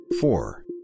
Four